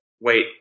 wait